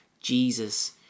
jesus